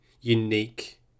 unique